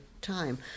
time